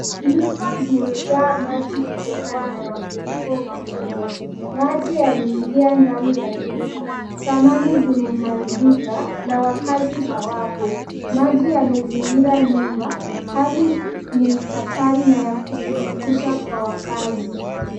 Nyumba zimejaa maji kutokana na mafuriko makubwa, maji yameingia ndani ya nyumba. Samani zimeharibika na wakaazi hawapo. Maji yamezingira nyumba, hali ni hatari na ya kusikitisha kwa wakaazi.